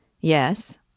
Yes